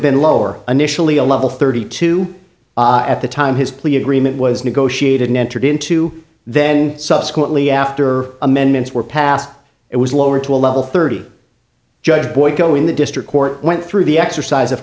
been lower initially a level thirty two at the time his plea agreement was negotiated and entered into then subsequently after amendments were passed it was lowered to a level thirty judge boyko in the district court went through the exercise of